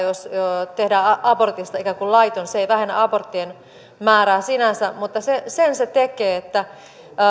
jos abortista tehdään ikään kuin laiton se ei vähennä aborttien määrää sinänsä mutta sen se tekee että